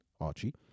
archie